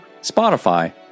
Spotify